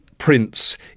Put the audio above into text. prince